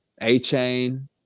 A-Chain